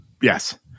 Yes